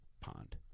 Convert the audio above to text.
pond